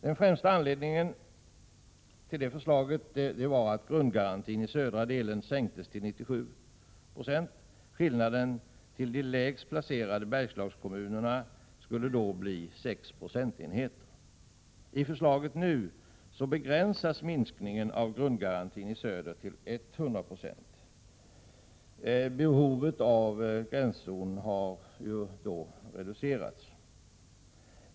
Den främsta anledningen till detta förslag var att grundbidragen i södra delen sänktes till 97 96. Skillnaden i förhållande till de lägst placerade Bergslagskommunerna skulle då bli 6 procentenheter. I det nu föreliggande förslaget begränsas minskningen av grundgarantin i söder till 100 26. Behovet av gränszon har ju då reducerats.